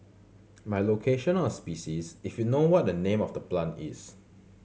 by location or species if you know what the name of the plant is